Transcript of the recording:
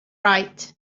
right